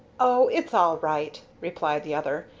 oh, it's all right, replied the other,